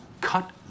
cut